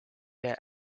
their